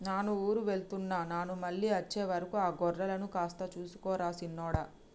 నాను ఊరు వెళ్తున్న నాను మళ్ళీ అచ్చే వరకు ఆ గొర్రెలను కాస్త సూసుకో రా సిన్నోడా